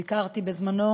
ביקרתי בזמנו